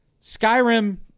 Skyrim